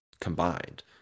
combined